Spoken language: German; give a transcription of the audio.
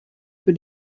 für